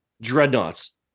Dreadnoughts